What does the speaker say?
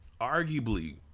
arguably